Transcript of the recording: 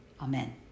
Amen